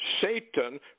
Satan